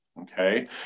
Okay